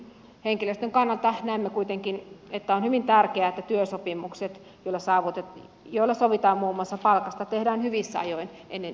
henkilöstön kannalta näemme kuitenkin että on hyvin tärkeää että työsopimukset joilla sovitaan muun muassa palkasta tehdään hyvissä ajoin ennen